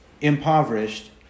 impoverished